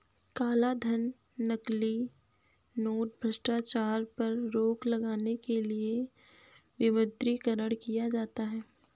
कालाधन, नकली नोट, भ्रष्टाचार पर रोक लगाने के लिए विमुद्रीकरण किया जाता है